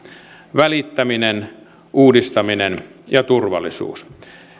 välittäminen uudistaminen turvallisuus